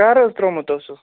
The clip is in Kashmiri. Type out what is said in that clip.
کَر حظ ترٛوومُت اوسوٕ